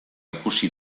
ikusi